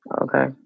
Okay